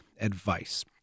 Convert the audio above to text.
advice